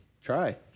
Try